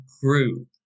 grew